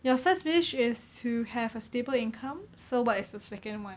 your first wish is to have a stable income so what is the second [one]